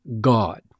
God